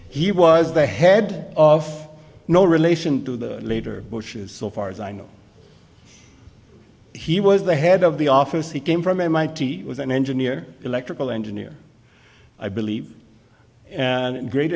he was the head of no relation to the later bush's so far as i know he was the head of the office he came from mit was an engineer electrical engineer i believe and great